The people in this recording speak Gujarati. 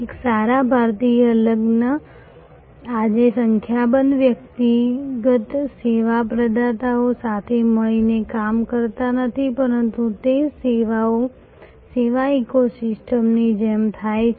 એક સારા ભારતીય લગ્ન આજે સંખ્યાબંધ વ્યક્તિગત સેવા પ્રદાતાઓ સાથે મળીને કામ કરતા નથી પરંતુ તે સેવા ઇકોસિસ્ટમની જેમ થાય છે